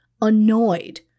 annoyed